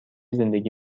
زندگی